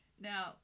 Now